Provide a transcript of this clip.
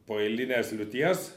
po eilinės liūties